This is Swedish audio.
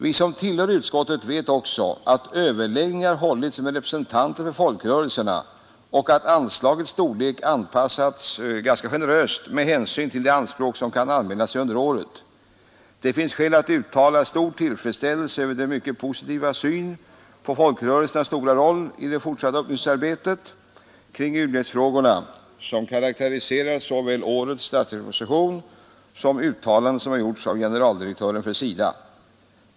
Vi som tillhör utskottet vet också att överläggningar hållits med representanter för folkrörelserna och att anslagets storlek anpassats ganska generöst med hänsyn till de anspråk som kan anmäla sig under året. Det finns skäl att uttala stark tillfredsställelse över den mycket positiva syn på folkrörelsernas stora roll i det fortsatta upplysningsarbetet kring u-hjälpsfrågorna, som karakteriserar såväl årets statsverksproposition som uttalanden som har gjorts av generaldirektören för SIDA.